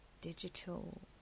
Digital